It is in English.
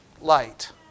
light